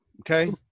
okay